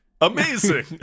Amazing